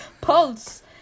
pulse